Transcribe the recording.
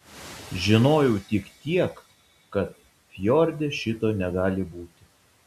žinojau tik tiek kad fjorde šito negali būti